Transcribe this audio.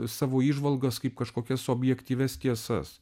savo įžvalgas kaip kažkokias objektyvias tiesas